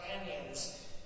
companions